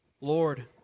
Lord